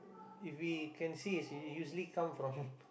if we can see is usually come from